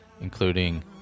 including